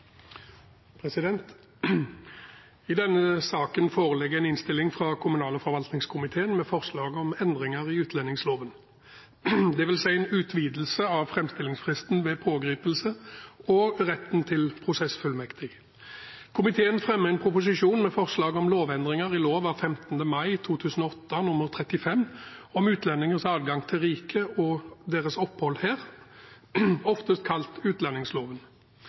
vedtatt. I denne saken foreligger en innstilling fra kommunal- og forvaltningskomiteen med forslag om endringer i utlendingsloven, dvs. en utvidelse av framstillingsfristen ved pågripelse og retten til prosessfullmektig. Komiteen fremmer en innstilling med forslag om lovendringer i lov av 15. mai 2008 nr. 35 om utlendingers adgang til riket og deres opphold her, oftest kalt utlendingsloven.